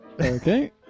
Okay